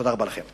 תודה רבה לכם.